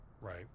Right